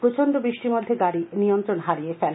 প্রচন্ড বৃষ্টির মধ্যে গাড়ী নিয়ন্ত্রণ হারিয়ে ফেলে